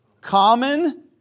common